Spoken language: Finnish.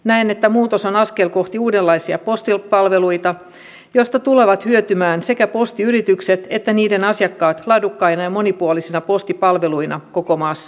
näen että muutos on askel kohti uudenlaisia postipalveluita joista tulevat hyötymään sekä postiyritykset että niiden asiakkaat laadukkaina ja monipuolisina postipalveluina koko maassa